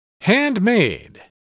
Handmade